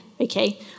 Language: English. okay